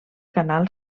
canal